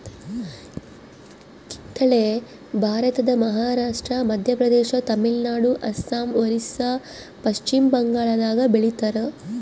ಕಿತ್ತಳೆ ಭಾರತದ ಮಹಾರಾಷ್ಟ್ರ ಮಧ್ಯಪ್ರದೇಶ ತಮಿಳುನಾಡು ಅಸ್ಸಾಂ ಒರಿಸ್ಸಾ ಪಚ್ಚಿಮಬಂಗಾಳದಾಗ ಬೆಳಿತಾರ